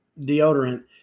deodorant